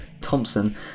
Thompson